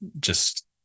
just-